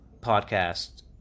podcast